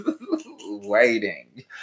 Waiting